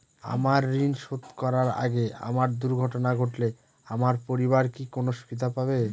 আমার ঋণ শোধ করার আগে আমার দুর্ঘটনা ঘটলে আমার পরিবার কি কোনো সুবিধে পাবে?